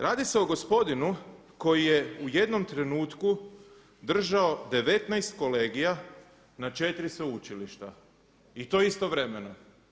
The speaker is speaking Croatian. Radi se o gospodinu koji je u jednom trenutku držao 19 kolegija na 4 sveučilišta i to istovremeno.